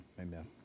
Amen